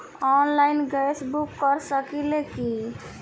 Online gas book कर सकिले की?